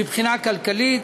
מבחינה כלכלית,